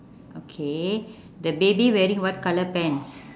okay the baby wearing what colour pants